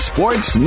Sports